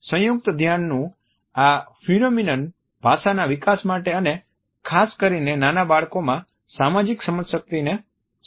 સંયુક્ત ધ્યાનનું આ ફિનોમિનોન ભાષાના વિકાસ માટે અને ખાસ કરીને નાના બાળકોમાં સામાજિક સમજશક્તિને સરળ બનાવે છે